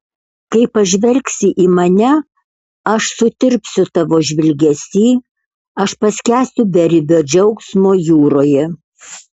kai pažvelgsi į mane aš sutirpsiu tavo žvilgesy aš paskęsiu beribio džiaugsmo jūroje